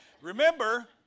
Remember